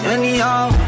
Anyhow